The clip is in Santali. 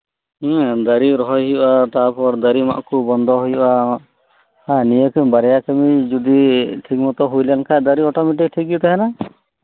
ᱦᱮᱸ ᱫᱟᱨᱤ ᱨᱚᱦᱚᱭ ᱦᱩᱭᱩᱜ ᱟ ᱛᱟᱯᱚᱨ ᱫᱟᱨᱤ ᱢᱟᱜᱠᱩ ᱵᱚᱱᱫᱚ ᱦᱩᱭᱩᱜ ᱟ ᱦᱮᱸ ᱱᱤᱭᱟᱹᱠᱤᱱ ᱬᱵᱟᱨᱭᱟ ᱠᱟᱹᱢᱤ ᱡᱚᱫᱤ ᱴᱷᱤᱠ ᱢᱚᱛᱚ ᱦᱩᱭᱞᱮᱱᱠᱷᱟᱱ ᱫᱟᱨᱤ ᱢᱚᱴᱟ ᱢᱚᱴᱤ ᱴᱷᱤᱠᱜᱮ ᱛᱟᱦᱮᱸᱱᱟ